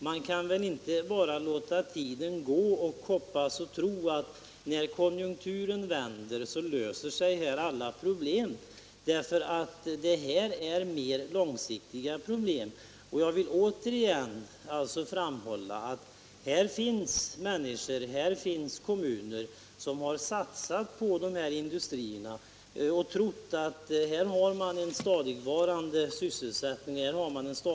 Man kan väl inte bara låta tiden gå och hoppas och tro att alla problem löser sig när konjunkturen vänder. Det gäller nämligen mer långsiktiga problem. Jag vill åter framhålla att här finns människor och kommuner som har satsat på dessa industrier och trott att de skulle ge en stadigvarande sysselsättning och verksamhet.